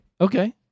okay